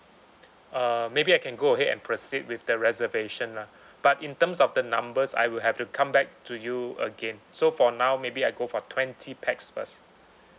uh maybe I can go ahead and proceed with the reservation lah but in terms of the numbers I will have to come back to you again so for now maybe I go for twenty pax first